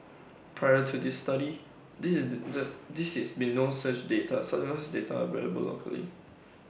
prior to this study this is the this is been no such data such as data available locally